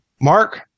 Mark